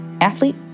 athlete